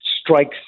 strikes